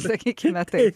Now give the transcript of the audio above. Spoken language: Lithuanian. sakykime taip